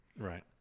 Right